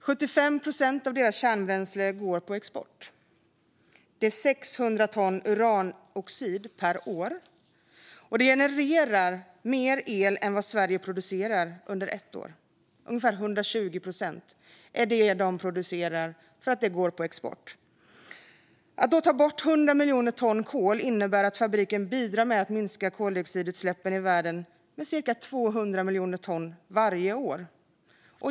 75 procent av deras kärnbränsle går på export - 600 ton uranoxid per år. Det genererar mer el än vad Sverige producerar under ett år, ungefär 120 procent. Att ta bort 100 miljoner ton kol innebär att fabriken bidrar till att minska koldioxidutsläppen i världen med cirka 200 miljoner ton varje år.